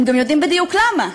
הם גם יודעים בדיוק למה.